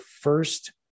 first